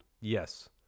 Yes